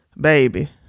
baby